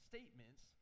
Statements